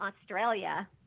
Australia